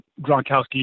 gronkowski